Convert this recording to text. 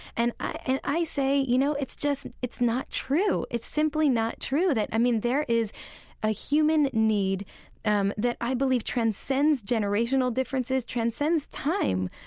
and i and i say, you know, it's just, it's not true. it's simply not true that, i mean, there is a human need um that i believe transcends generational differences, transcends time.